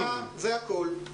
חצי דקה, זה הכול.